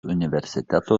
universiteto